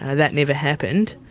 ah that never happened.